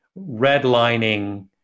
redlining